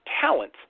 talent